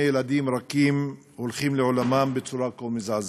ילדים רכים הולכים לעולמם בצורה כה מזעזעת,